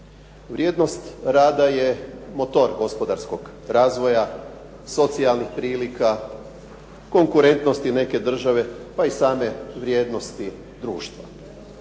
Vrijednost rada je motor gospodarskog razvoja, socijalnih prilika, konkurentnosti neke države, pa i same vrijednosti društva.